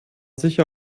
sicher